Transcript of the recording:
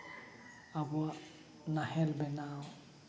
ᱟᱵᱚᱣᱟᱜ ᱱᱟᱦᱮᱞ ᱵᱮᱱᱟᱣ